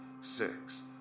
sixth